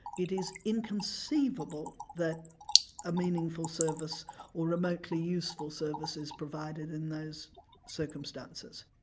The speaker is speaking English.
it is inconceivable that a meaningful service or remotely useful service is provided in those circumstances.